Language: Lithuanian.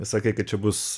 sakai kad čia bus